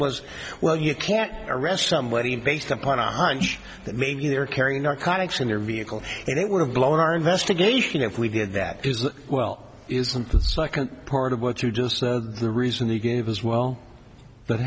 was well you can't arrest somebody based upon a hunch that maybe they're carrying narcotics in your vehicle and it would have blown our investigation if we did that is that well isn't that part of what you just saw the reason they gave as well